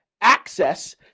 access